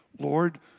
Lord